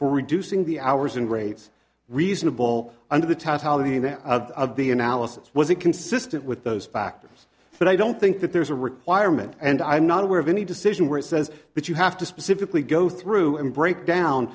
reducing the hours and rates reasonable under the tattling that of the analysis was it consistent with those factors but i don't think that there is a requirement and i'm not aware of any decision where it says that you have to specifically go through and breakdown